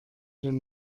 den